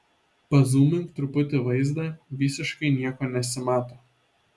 pazūmink truputį vaizdą visiškai nieko nesimato